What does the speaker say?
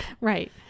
right